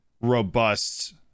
robust